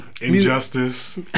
Injustice